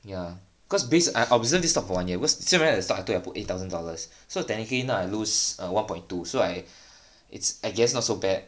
ya cause based I observed this stock for one year cause still remember right at the start I put eight thousand dollars so technically now I lose err a one point two so I its I guess not so bad